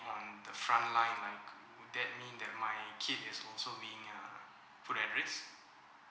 um the frontliner that mean that my kid is also being err put at risk